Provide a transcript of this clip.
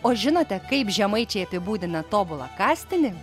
o žinote kaip žemaičiai apibūdina tobulą kastinį